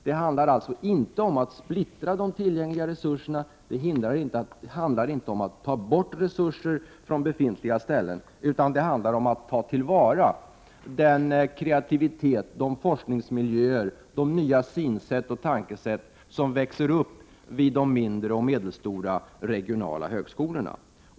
Det handlar alltså inte om att splittra de tillgängliga resurserna, det handlar inte om att ta bort resurser från befintlig verksamhet utan om att ta till vara den kreativitet, de forskningsmiljöer och de nya synsätt och tänkesätt som växer upp vid de mindre och medelstora regionala högskolorna.